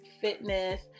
fitness